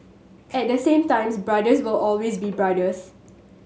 at the same times brothers will always be brothers